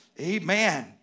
Amen